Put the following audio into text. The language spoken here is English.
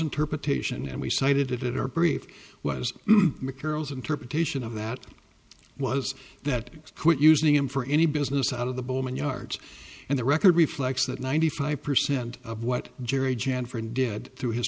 interpretation and we cited it or brief was materials interpretation of that was that quit using him for any business out of the bowman yards and the record reflects that ninety five percent of what jerry jan friend did through his